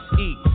eat